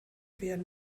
werden